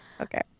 Okay